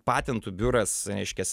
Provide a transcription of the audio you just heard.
patentų biuras reiškias